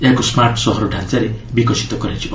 ଏହାକୁ ସ୍କାର୍ଟ ସହର ଢାଞ୍ଚାରେ ବିକଶିତ କରାଯିବ